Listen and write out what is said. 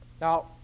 Now